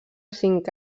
cinc